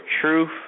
truth